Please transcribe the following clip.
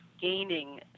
gaining